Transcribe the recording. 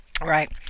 right